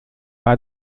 bei